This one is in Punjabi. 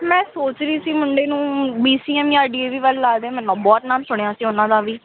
ਮੈਂ ਸੋਚ ਰਹੀ ਸੀ ਮੁੰਡੇ ਨੂੰ ਵੀ ਸੀ ਐਮ ਜਾਂ ਡੀ ਐ ਵੀ ਵੱਲ ਲਾ ਦੇਵਾਂ ਬਹੁਤ ਨਾਮ ਸੁਣਿਆ ਸੀ ਉਨ੍ਹਾਂ ਦਾ ਵੀ